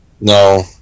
No